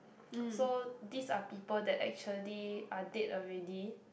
so these are people that actually are dead already